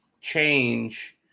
change